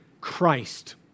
Christ